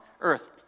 earth